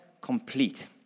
complete